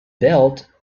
built